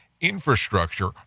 infrastructure